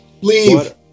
leave